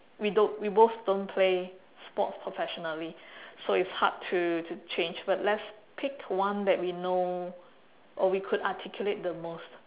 we don't we both don't play sports professionally so it's hard to to change but let's pick one that we know or we could articulate the most